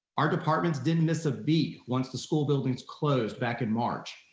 our departments didn't miss a beat once the school buildings closed back in march,